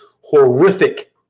horrific